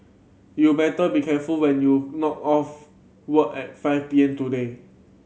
you better be careful when you've knock off work at five P M today